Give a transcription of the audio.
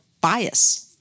bias